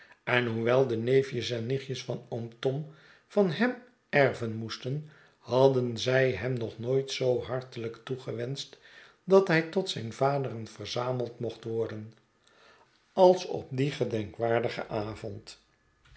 en hoewel de neefjes en nichtjes van oom tom van hem erven moesten hadden zij hem nog nooit zoo hartelijk toegewenscht dat hij tot zijn vaderen verzameld mocht worden als op dien gedenkwaardigen avond